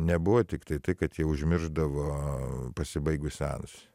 nebuvo tiktai tai kad jie užmiršdavo pasibaigus senus